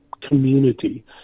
community